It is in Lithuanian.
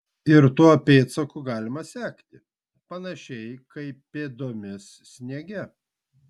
ir tuo pėdsaku galima sekti panašiai kaip pėdomis sniege